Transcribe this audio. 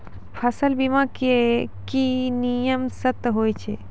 फसल बीमा के की नियम सर्त होय छै?